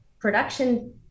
Production